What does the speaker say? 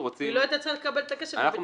והיא לא היתה צריכה לקבל את הכסף מהביטוח הלאומי.